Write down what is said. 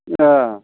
अ